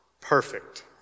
perfect